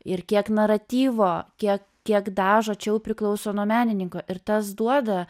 ir kiek naratyvo kiek kiek dažo čia jau priklauso nuo menininko ir tas duoda